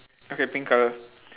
okay pink colour